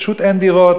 פשוט אין דירות.